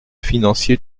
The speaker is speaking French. financier